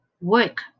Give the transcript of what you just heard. work